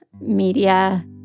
media